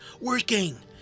working